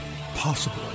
possible